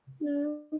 No